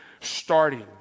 starting